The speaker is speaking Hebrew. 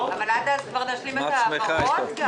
עד אז נשלים את ההעברות?